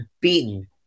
beaten